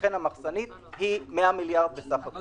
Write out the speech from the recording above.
לכן המחסנית היא 100 מיליארד סך הכל.